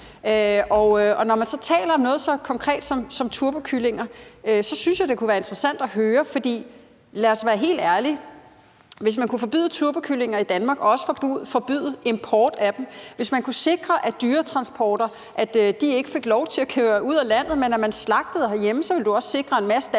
Når man så taler om noget så konkret som turbokyllinger, synes jeg, at det kunne være interessant at høre om det. For lad os være helt ærlige: Hvis man kunne forbyde turbokyllinger i Danmark og også forbyde import af dem, og hvis man kunne sikre, at dyretransporter ikke fik lov til at køre ud af landet, og at der blev slagtet herhjemme, ville man også sikre en masse danske